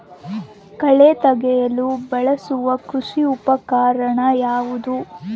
ಕಳೆ ತೆಗೆಯಲು ಬಳಸುವ ಕೃಷಿ ಉಪಕರಣ ಯಾವುದು?